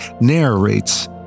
narrates